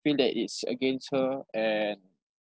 feel that it's against her and